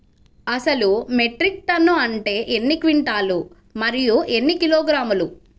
అసలు metric ton అంటే ఎన్ని క్వింటాలు మరియు ఎన్ని కిలోగ్రాములు?